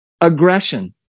Aggression